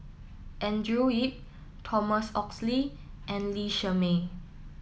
Andrew Yip Thomas Oxley and Lee Shermay